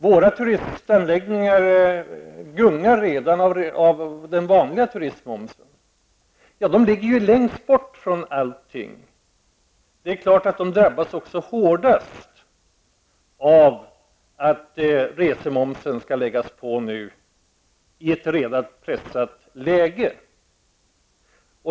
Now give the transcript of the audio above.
Våra turistanläggningar gungar redan av den nuvarande turistmomsen. De ligger långt borta från allting. Det är klart att de drabbas hårdast av att resemoms skall läggas på nu i ett redan pressat läge.